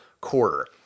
quarter